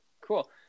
Cool